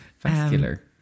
Vascular